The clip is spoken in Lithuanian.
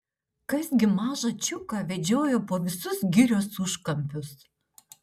kas gi mažą čiuką vedžiojo po visus girios užkampius